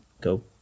go